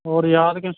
ਔਰ ਯਾਦ ਕਿਓਂ